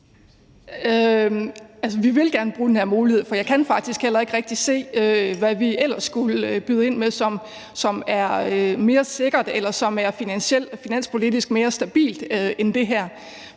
vi vil gerne bruge den her mulighed, for jeg kan faktisk heller ikke rigtig se, hvad vi ellers skulle byde ind med, som er mere sikkert, eller som finanspolitisk er mere stabilt end det her.